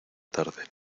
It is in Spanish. tarde